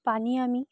পানী আমি